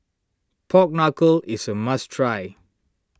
Pork Knuckle is a must try